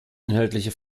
inhaltliche